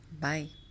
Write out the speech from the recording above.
Bye